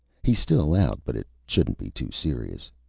he's still out, but it shouldn't be too serious.